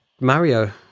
Mario